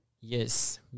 Yes